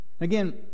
Again